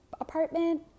apartment